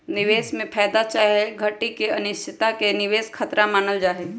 निवेश में फयदा चाहे घटि के अनिश्चितता के निवेश खतरा मानल जाइ छइ